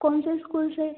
कौन से स्कूल से